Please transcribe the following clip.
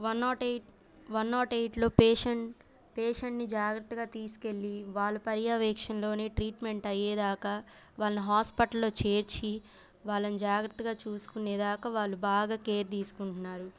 one naught eight one naught ఎయిట్లో patient పేషెంట్ని జాగ్రత్తగా తీసుకెళ్ళి వాళ్ళ పర్యవేక్షణలోనే ట్రీట్మెంట్ అయ్యేదాకా వాళ్ళని హాస్పిటల్లో చేర్చి వాళ్ళని జాగ్రత్తగా చూసుకునేదాకా వాళ్ళు బాగా కేర్ తీసుకుంటున్నారు